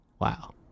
Wow